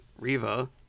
Riva